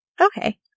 Okay